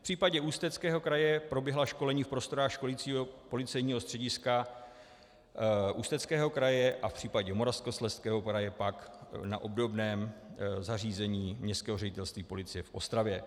V případě Ústeckého kraje proběhla školení v prostorách školicího policejního střediska Ústeckého kraje a v případě Moravskoslezského kraje pak na obdobném zařízení Městského ředitelství policie v Ostravě.